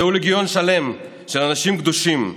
זהו לגיון שלם של אנשים קדושים,